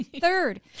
Third